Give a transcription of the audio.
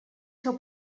seu